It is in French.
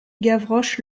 gavroche